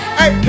hey